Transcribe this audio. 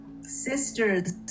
Sisters